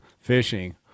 fishing